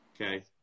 Okay